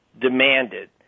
demanded